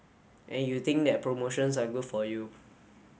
and you think that promotions are good for you